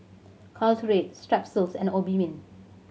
Caltrate Strepsils and Obimin